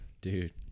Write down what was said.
Dude